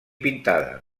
pintada